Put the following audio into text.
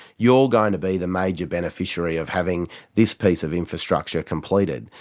you're going to be the major beneficiary of having this piece of infrastructure completed.